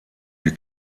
die